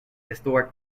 historic